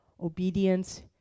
obedience